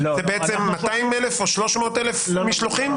זה בעצם 200,000 או 300,000 משלוחים?